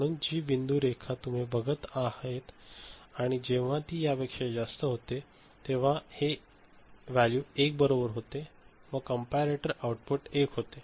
म्हणूनचजी बिंदू रेखा तुम्ही बघत आहेत आणि जेव्हा ती यापेक्षा जास्त होते तेव्हा हे व्हॅल्यू 1 बरोबर होते व कंपॅरटर आउटपुट 1 होते